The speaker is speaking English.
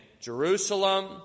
Jerusalem